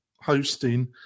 Hosting